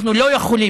אנחנו לא יכולים,